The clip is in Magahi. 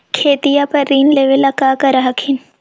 खेतिया पर ऋण लेबे ला की कर हखिन?